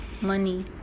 money